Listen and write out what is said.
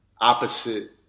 opposite